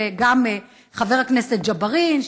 וגם חבר הכנסת ג'בארין,